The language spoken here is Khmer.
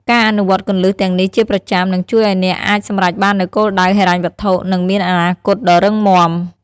ការអនុវត្តន៍គន្លឹះទាំងនេះជាប្រចាំ នឹងជួយឱ្យអ្នកអាចសម្រេចបាននូវគោលដៅហិរញ្ញវត្ថុ និងមានអនាគតដ៏រឹងមាំ។